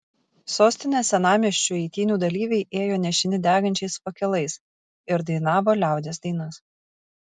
sostinės senamiesčiu eitynių dalyviai ėjo nešini degančiais fakelais ir dainavo liaudies dainas